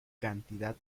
cantidad